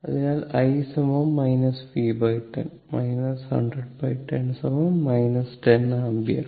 അതിനാൽ i v10 10010 10 ampere